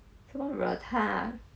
什么惹他